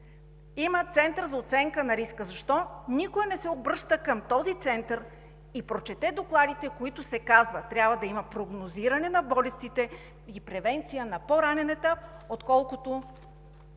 Има Център за оценка на риска. Защо никой не се обръща към този център и прочете докладите, в които се казва: трябва да има прогнозиране на болестите и превенция на по-ранен етап, отколкото